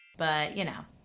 but ya know,